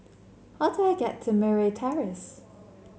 how do I get to Murray Terrace